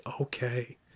okay